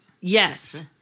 Yes